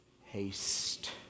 Haste